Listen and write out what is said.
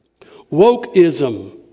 Wokeism